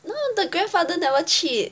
no the grandfather never cheat